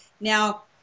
now